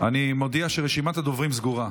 אני מודיע שרשימת הדוברים סגורה.